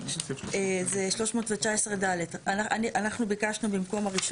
זה 319ד. אנחנו ביקשנו במקום ה-1